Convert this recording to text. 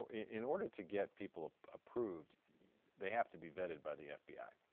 in order to get people approved they have to be vetted by the fbi.